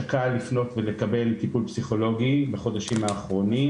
שקל לפנות ולקבל טיפול פסיכולוגי בחודשים האחרונים,